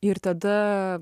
ir tada